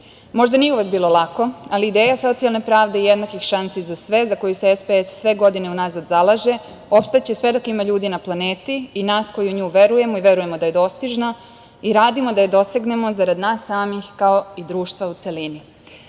nije uvek bilo lako, ali ideja socijalne pravde i jednakih šansi za sve, za koje se SPS sve godine unazad zalaže, opstaće sve dok ima ljudi na planeti i nas koji u nju verujemo i verujemo da je dostižna i radimo da je dosegnemo, zarad nas samih kao i društva u celini. Kada